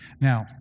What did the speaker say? Now